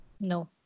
no